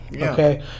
Okay